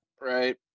Right